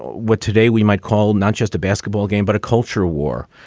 what today we might call not just a basketball game, but a culture war.